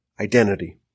identity